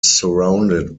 surrounded